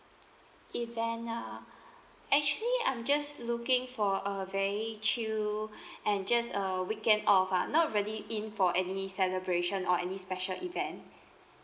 event ah actually I'm just looking for a very chill and just a weekend off ah not really in for any celebration or any special event